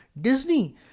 Disney